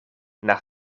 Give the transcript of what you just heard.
naar